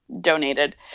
donated